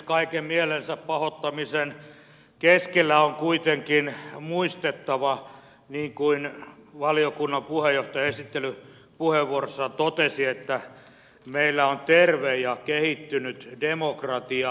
kaiken mielensä pahoittamisen keskellä on kuitenkin muistettava niin kuin valiokunnan puheenjohtaja esittelypuheenvuorossaan totesi että meillä on terve ja kehittynyt demokratia